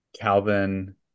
Calvin